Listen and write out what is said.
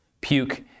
puke